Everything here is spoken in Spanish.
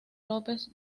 lópez